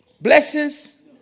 blessings